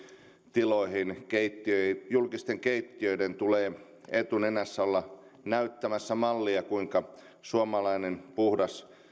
tiloihin julkisten keittiöiden tulee etunenässä olla näyttämässä mallia kuinka suomalainen puhdas